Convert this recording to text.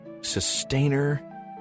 sustainer